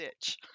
stitch